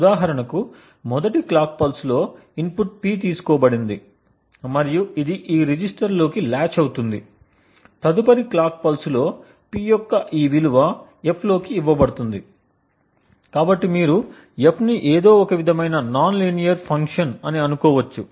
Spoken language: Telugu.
ఉదాహరణకు మొదటి క్లాక్ పల్స్ లో ఇన్పుట్ P తీసుకోబడింది మరియు ఇది ఈ రిజిస్టర్లోకి లాచ్ అవుతుంది తదుపరి క్లాక్ పల్స్లో P యొక్క ఈ విలువ F లోకి ఇవ్వబడుతుంది కాబట్టి మీరు F ని ఏదో ఒక విధమైన నాన్ లీనియర్ ఫంక్షన్ అని అనుకోవచ్చు